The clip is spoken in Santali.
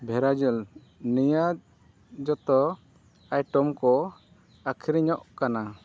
ᱵᱷᱮᱨᱟᱡᱮᱞ ᱱᱤᱭᱟᱹ ᱡᱚᱛᱚ ᱟᱭᱴᱮᱢ ᱠᱚ ᱟᱹᱠᱷᱨᱤᱧᱚᱜ ᱠᱟᱱᱟ